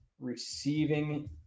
receiving